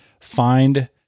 find